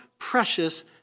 precious